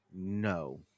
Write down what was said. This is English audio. No